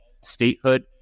statehood